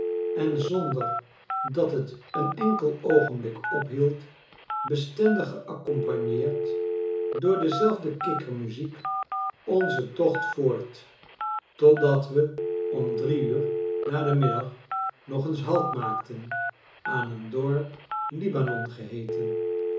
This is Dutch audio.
en zonder dat het een enkel oogenblik ophield bestendig geaccompagneerd door dezelfde kikkermuziek onzen tocht voort totdat we om drie uur na den middag nog eens halt maakten aan een dorp